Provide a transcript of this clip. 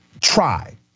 try